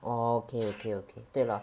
orh okay okay okay 对 lor